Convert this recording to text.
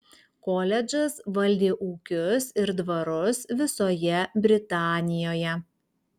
koledžas valdė ūkius ir dvarus visoje britanijoje